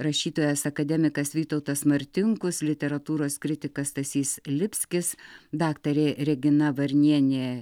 rašytojas akademikas vytautas martinkus literatūros kritikas stasys lipskis daktarė regina varnienė